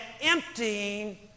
emptying